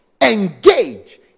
engage